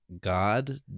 God